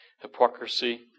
hypocrisy